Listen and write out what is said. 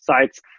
sites